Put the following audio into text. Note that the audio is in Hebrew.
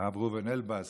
הרב ראובן אלבז